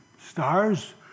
stars